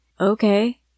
Okay